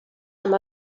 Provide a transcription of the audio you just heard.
amb